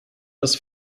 das